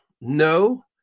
no